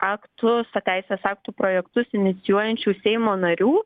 aktus teisės aktų projektus inicijuojančių seimo narių